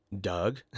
Doug